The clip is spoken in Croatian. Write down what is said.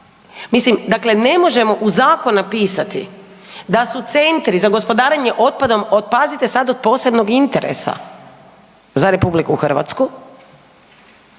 Mislim, dakle ne možemo u zakon napisati da su centri za gospodarenje otpadom, od, pazite sad, od posebnog interesa za RH, ako